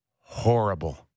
horrible